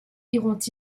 iront